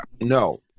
No